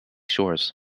shores